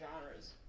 genres